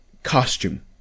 costume